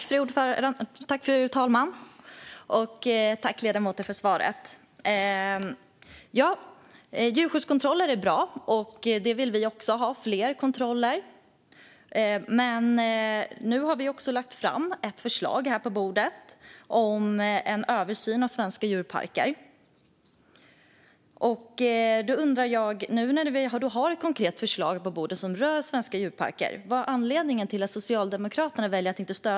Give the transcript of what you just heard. Fru talman! Djurskyddskontroller är bra, och även vi vill ha fler kontroller. Men nu har vi också lagt fram ett förslag på riksdagens bord om en översyn av svenska djurparker, och då undrar jag varför Socialdemokraterna väljer att inte stödja det. Vad är anledningen?